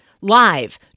live